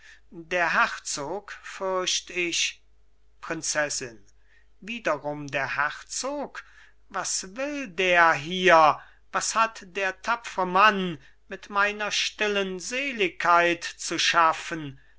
der herzog fürcht ich prinzessin wiederum der herzog was will der hier was hat da tapfre mann mit meiner stillen seligkeit zu schaffen